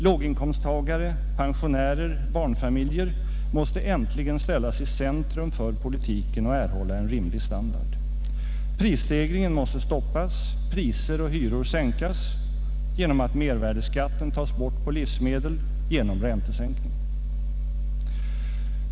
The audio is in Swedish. Låginkomsttagare, pensionärer och barnfamiljer måste äntligen ställas i centrum för politiken och erhålla en rimlig standard. Prisstegringen måste stoppas, priser och hyror sänkas genom att mervärdeskatten tas bort på livsmedel, genom räntesänkning.